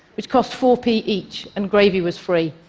which cost four p each, and gravy was free.